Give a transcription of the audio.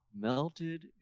Melted